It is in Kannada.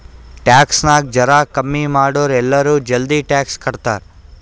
ಟ್ಯಾಕ್ಸ್ ನಾಗ್ ಜರಾ ಕಮ್ಮಿ ಮಾಡುರ್ ಎಲ್ಲರೂ ಜಲ್ದಿ ಟ್ಯಾಕ್ಸ್ ಕಟ್ತಾರ್